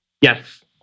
Yes